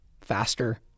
faster